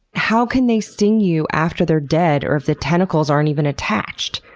how can they sting you after they're dead or if the tentacles aren't even attached?